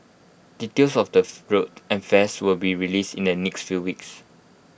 details of the route and fares will be released in the next few weeks